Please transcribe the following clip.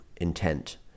intent